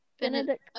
Benedict